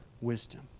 wisdom